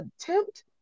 attempt